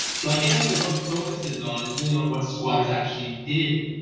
so i guess what the book focuses on is really on what squatters actually did,